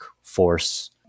force